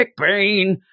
McBain